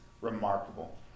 remarkable